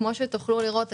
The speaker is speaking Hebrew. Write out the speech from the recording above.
כפי שתוכלו לראות,